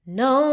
no